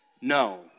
No